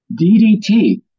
DDT